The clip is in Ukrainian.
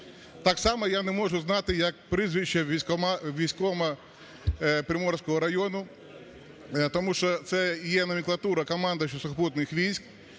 Так само я не можу знати, як прізвище військкома Приморського району, тому що це є номенклатура командуючого Сухопутних військ.